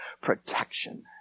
protection